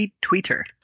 Twitter